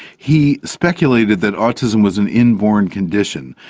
he speculated that autism was an inborn condition,